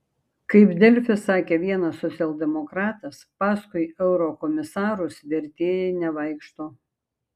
kaip delfi sakė vienas socialdemokratas paskui eurokomisarus vertėjai nevaikšto